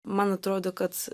man atrodo kad